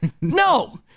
No